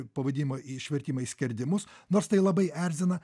pavadinimą išvertimą į skerdimus nors tai labai erzina